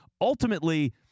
ultimately